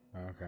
Okay